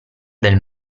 del